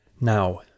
Now